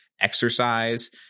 exercise